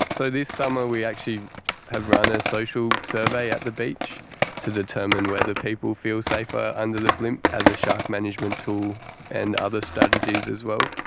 so this summer we actually have run a social survey at the beach to determine whether people feel safer under the blimp as a shark management tool and other strategies as well.